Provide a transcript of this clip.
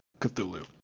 Cthulhu